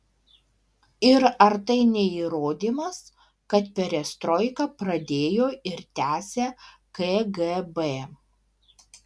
ir ar tai ne įrodymas kad perestroiką pradėjo ir tęsia kgb